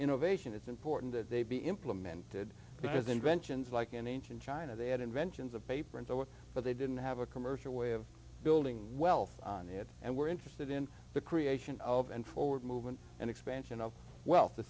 innovation it's important that they be implemented because inventions like in ancient china they had inventions of paper and so what but they didn't have a commercial way of building wealth and were interested in the creation of and forward movement and expansion of wealth